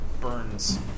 burns